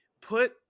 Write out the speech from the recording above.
put